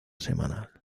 semanal